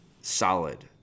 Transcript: solid